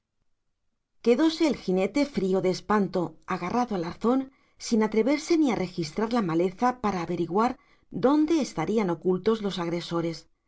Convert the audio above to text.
quedóse el jinete frío de espanto agarrado al arzón sin atreverse ni a registrar la maleza para averiguar dónde estarían ocultos los agresores